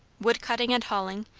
wood cutting and hauling,